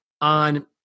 on